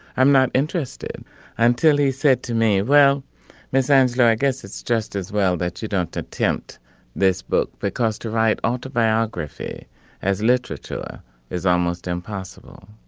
i'm not interested until he said to me. well miss ah yeah i guess it's just as well that you don't attempt this book because to write autobiography as literature is almost impossible